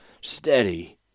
Steady